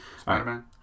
Spider-Man